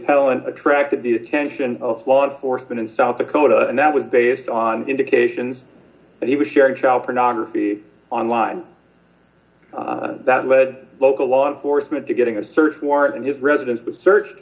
helen attracted the attention of law enforcement in south dakota that was based on indications that he was sharing child pornography online that led local law enforcement to getting a search warrant and his residence was searched